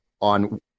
on